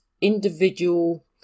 individual